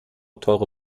teure